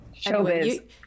Showbiz